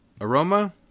Aroma